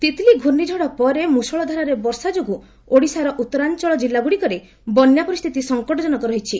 ତିତ୍ଲୀ ଘୂର୍ଷିଝଡ଼ ପରେ ମୃଷଳ ଧାରାରେ ବର୍ଷା ଯୋଗୁଁ ଓଡ଼ିଶାର ଉତ୍ତରାଞ୍ଚଳ କିଲ୍ଲାଗୁଡ଼ିକରେ ବନ୍ୟା ପରିସ୍ଥିତି ସଙ୍କଟଜନକ ରହିଛି